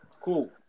Cool